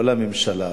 לא לממשלה,